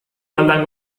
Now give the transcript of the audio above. maldan